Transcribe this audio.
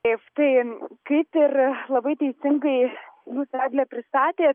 taip tai kaip ir labai teisingai jūs agne pristatėt